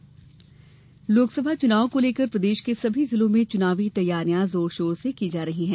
चुनाव तैयारी लोकसभा चुनाव को लेकर प्रदेश के सभी जिलों में चुनावी तैयारियां जोर शोर से की जा रही है